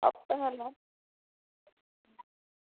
आपूं गै लैना